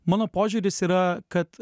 mano požiūris yra kad